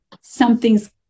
something's